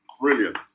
Brilliant